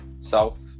South